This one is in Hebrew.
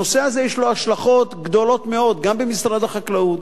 הנושא הזה יש לו השלכות גדולות מאוד גם במשרד החקלאות,